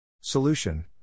Solution –